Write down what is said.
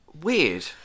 weird